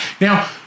Now